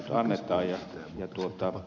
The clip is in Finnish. tässä niitä nyt annetaan